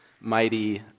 mighty